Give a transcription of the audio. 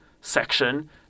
section